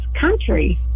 country